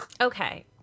Okay